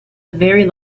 very